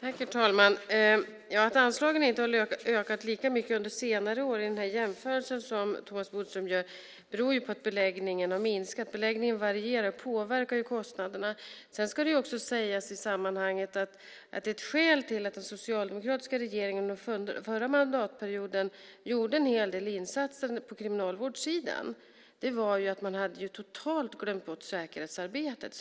Herr talman! Att anslagen inte har ökat lika mycket under senare år i den jämförelse som Thomas Bodström gör beror på att beläggningen har minskat. Beläggningen varierar och påverkar kostnaderna. Sedan ska det också sägas i sammanhanget att ett skäl till att den socialdemokratiska regeringen gjorde en hel del insatser på kriminalvårdssidan under den förra mandatperioden var att man totalt hade glömt bort säkerhetsarbetet.